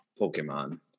Pokemon